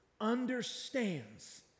understands